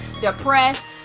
depressed